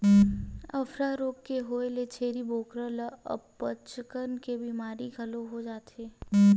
अफारा रोग के होए ले छेरी बोकरा ल अनपचक के बेमारी घलो हो जाथे